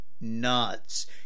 nuts